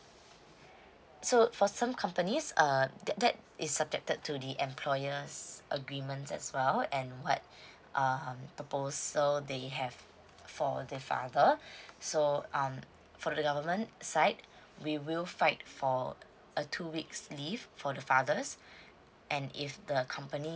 so for some companies err that that is subjected to the employer's agreements as well and what um proposal they have for the father so um for the government side we will fight for a two weeks leave for the fathers and if the company